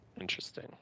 interesting